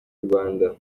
yurwanda